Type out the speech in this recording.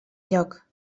lloc